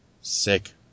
Sick